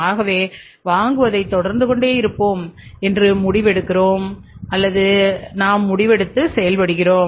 ஆகவே வாங்குவதைத்தொடர்ந்து கொண்டே இருப்போம் முடிவு எடுக்கிறோம் என்று நாம் முடிவெடுக்கிறோம்